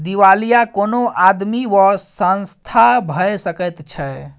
दिवालिया कोनो आदमी वा संस्था भए सकैत छै